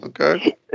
Okay